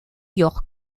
york